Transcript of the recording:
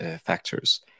factors